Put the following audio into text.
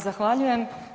Zahvaljujem.